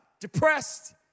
depressed